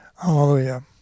Hallelujah